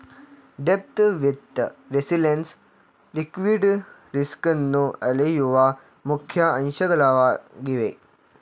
depth, width, resilience liquidity ರಿಸ್ಕನ್ನು ಅಳೆಯುವ ಮುಖ್ಯ ಅಂಶಗಳಾಗಿವೆ